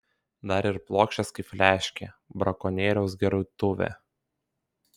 dar ir plokščias kaip fliaškė brakonieriaus gertuvė